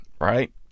right